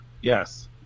Yes